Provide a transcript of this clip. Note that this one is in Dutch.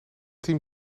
team